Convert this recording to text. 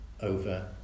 over